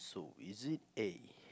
oh is it A